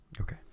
Okay